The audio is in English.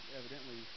evidently